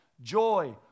joy